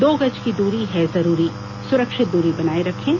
दो गज की दूरी है जरूरी सुरक्षित दूरी बनाए रखें